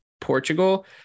Portugal